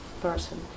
person